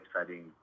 exciting